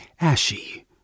ashy